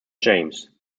james